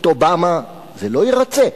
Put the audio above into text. את אובמה זה לא ירצה.